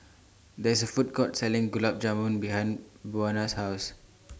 There IS A Food Court Selling Gulab Jamun behind Buena's House